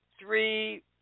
three